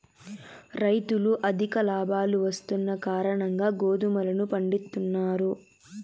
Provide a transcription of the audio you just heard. రైతులు అధిక లాభాలు వస్తున్న కారణంగా గోధుమలను పండిత్తున్నారు